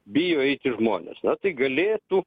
bijo eiti žmonės na tai galėtų